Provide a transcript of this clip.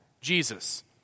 Jesus